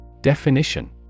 Definition